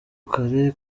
kare